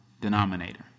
denominator